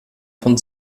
von